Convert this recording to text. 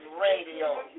Radio